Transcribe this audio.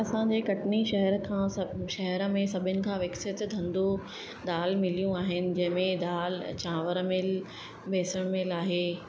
असांजे कटनी शहर खां सभ शहर में सभिनि खां विकसित धंधो दाल मिलियूं आहिनि जंहिंमें दालि चांवर मिल मेसण मिल आहे